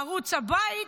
ערוץ הבית,